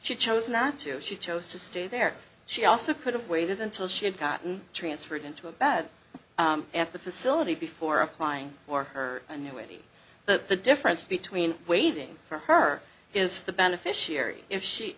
she chose not to if she chose to stay there she also could have waited until she had gotten transferred into a bad at the facility before applying for her annuity but the difference between waiting for her is the beneficiary if she